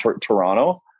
Toronto